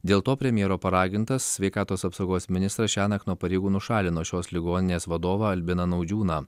dėl to premjero paragintas sveikatos apsaugos ministras šiąnakt nuo pareigų nušalino šios ligoninės vadovą albiną naudžiūną